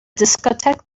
discotheque